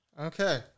okay